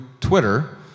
Twitter